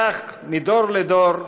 כך, מדור לדור,